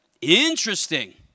Interesting